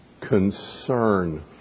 concern